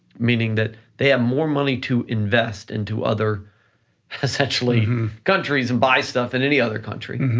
meaning that they have more money to invest into other essentially countries and buy stuff in any other country.